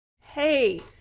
Hey